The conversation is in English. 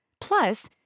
Plus